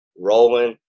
rolling